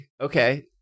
okay